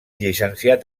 llicenciat